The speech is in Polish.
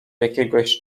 jakiegoś